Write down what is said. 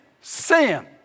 sin